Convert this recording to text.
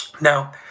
Now